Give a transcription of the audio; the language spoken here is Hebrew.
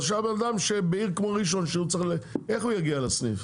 בן אדם בעיר כמו ראשון שהוא צריך איך הוא יגיע לסניף?